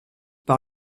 par